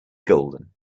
golden